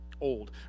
old